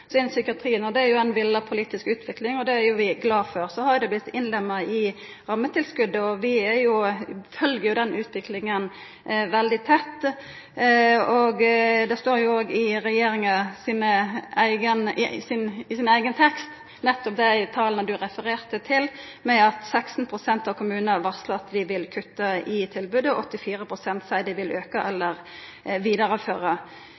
så stor vekst som innanfor psykiatrien, og det er ei villa utvikling, og det er vi glade for. Så har det blitt innlemma i rammetilskotet, og vi følgjer den utviklinga veldig tett. Dei står òg i regjeringas eigen tekst, desse tala representanten Dåvøy nettopp viste til, at 16 pst. av kommunane varslar at dei vil kutta i tilbodet, og 84 pst. seier dei vil auka eller vidareføra